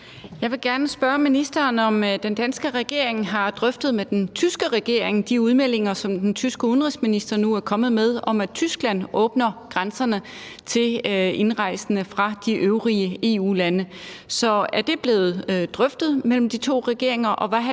Jeg vil gerne spørge ministeren, om den danske regering har drøftet de udmeldinger, som den tyske udenrigsminister nu er kommet med, med den tyske regering, altså om at Tyskland åbner grænserne for indrejsende fra de øvrige EU-lande. Så er det blevet drøftet mellem de to regeringer, og hvad har